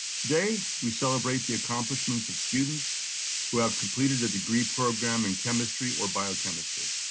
today, we celebrate the accomplishments of students who have completed a degree program in chemistry or biochemistry.